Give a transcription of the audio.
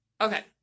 Okay